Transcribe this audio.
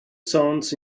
sounds